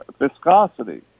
viscosity